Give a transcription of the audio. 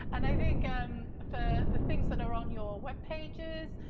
and i think for the things that are on your web pages,